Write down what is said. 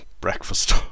breakfast